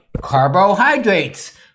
carbohydrates